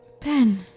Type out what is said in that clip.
Ben